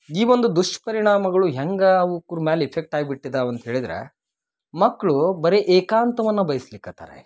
ಈ ಒಂದು ದುಷ್ಪರಿಣಾಮಗಳು ಹೆಂಗೆ ಅವ್ಕ ಮ್ಯಾಲ ಇಫೆಕ್ಟ್ ಆಗ್ಬಿಟ್ಟಿದಾವ ಅಂತ ಹೇಳಿದ್ರೆ ಮಕ್ಕಳು ಬರೆ ಏಕಾಂತವನ್ನ ಬಯ್ಸ್ಲಿಕತ್ತಾರ ಈಗ